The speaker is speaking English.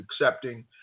accepting